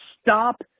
stop